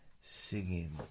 singing